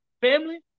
family